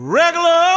regular